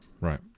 Right